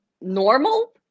normal